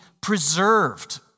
preserved